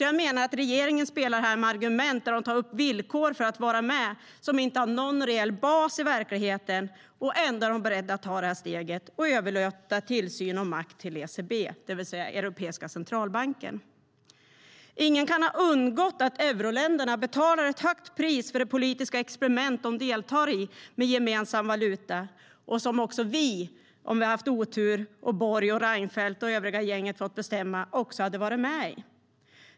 Jag menar att regeringen spelar med argument där man tar upp villkor för att vara med som inte har någon reell bas i verkligheten, och ändå är man beredd att ta det här steget och överlåta tillsyn och makt till ECB, det vill säga Europeiska centralbanken. Ingen kan ha undgått att euroländerna betalar ett högt pris för det politiska experiment de deltar i med en gemensam valuta, och vi hade också varit med i det om vi haft otur och Borg, Reinfeldt och övriga gänget hade fått bestämma.